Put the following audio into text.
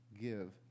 give